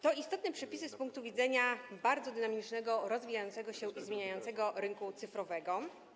To istotne przepisy z punktu widzenia bardzo dynamicznego, rozwijającego się i zmieniającego rynku cyfrowego.